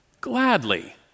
gladly